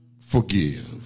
forgive